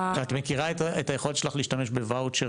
את מכירה את היכולת שלך להשתמש בוואוצ'ר